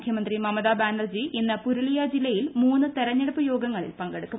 മുഖ്യമന്ത്രി മമതാ ബാനർജി ഇന്ന് പുരുലിയ ജില്ലയിൽ മൂന്ന് തെരഞ്ഞെടുപ്പ് യോഗങ്ങളിൽ പങ്കെടുക്കും